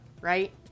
right